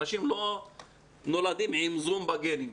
אנשים לא נולדים עם זום בגנים.